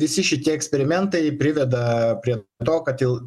visi šitie eksperimentai priveda prie to kad il